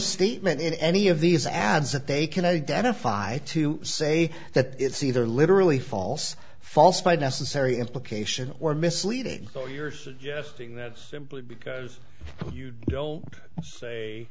statement in any of these ads that they can identify to say that it's either literally false false by necessary implication or misleading oh you're suggesting that simply because you